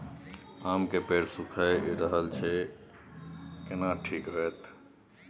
आम के पेड़ सुइख रहल एछ केना ठीक होतय?